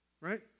right